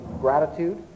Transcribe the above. gratitude